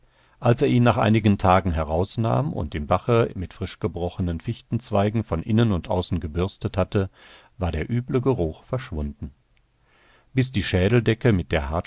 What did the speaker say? als er ihn nach einigen tagen herausnahm und im bache mit frischgebrochenen fichtenzweigen von innen und außen gebürstet hatte war der üble geruch verschwunden bis die schädeldecke mit der